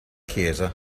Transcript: chiesa